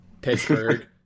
Pittsburgh